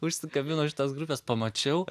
užsikabinau už šitos grupės pamačiau